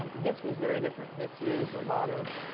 um this was very different. this used a lot of,